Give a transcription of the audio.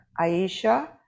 Aisha